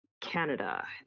Canada